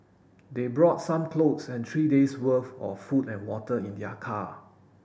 they brought some clothes and three days' worth of food and water in their car